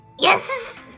Yes